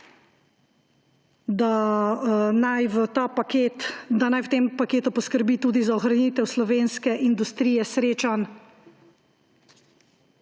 da naj v tem paketu poskrbi tudi za ohranitev slovenske industrije srečanj,